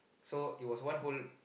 so it was one whole